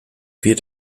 wird